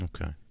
Okay